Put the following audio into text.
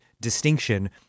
distinction